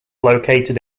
located